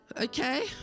okay